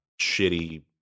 shitty